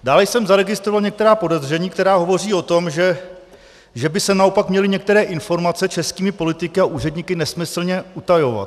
Dále jsem zaregistroval některá podezření, která hovoří o tom, že by se naopak měly některé informace českými politiky a úředníky nesmyslně utajovat.